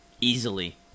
easily